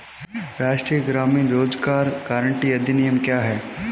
राष्ट्रीय ग्रामीण रोज़गार गारंटी अधिनियम क्या है?